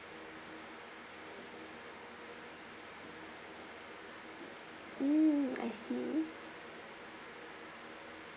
mm I see